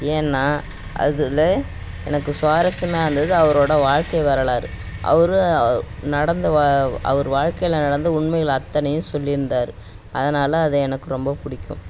ஏன்னா அதில் எனக்கு சுவாரசியமாக இருந்தது அவரோட வாழ்க்கை வரலாறு அவரு நடந்த வ அவரு வாழ்க்கையில் நடந்த உண்மைகள் அத்தனையும் சொல்லிருந்தார் அதனால் அது எனக்கு ரொம்ப பிடிக்கும்